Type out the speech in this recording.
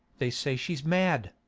they say she's mad.